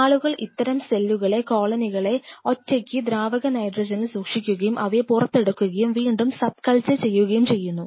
ആളുകൾ അത്തരം സെല്ലുകളുടെ കോളനികളെ ഒറ്റയ്ക്ക് ദ്രാവക നൈട്രജനിൽ സൂക്ഷിക്കുകയും അവയെ പുറത്തെടുക്കുകയും വീണ്ടും സബ് കൾച്ചർ ചെയ്യുകയും ചെയ്യുന്നു